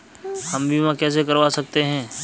हम बीमा कैसे करवा सकते हैं?